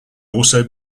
also